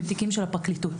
אלה תיקים של הפרקליטות.